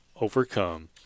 overcome